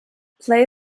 play